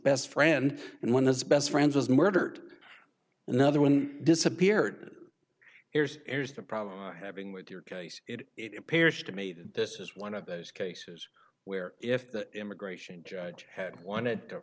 best friend and when that's best friends was murdered another one disappeared here's the problem having with your case it appears to me that this is one of those cases where if the immigration judge had wanted to